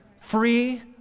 Free